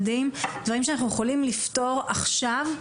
דברים שאנחנו יכולים לפתור עכשיו.